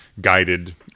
guided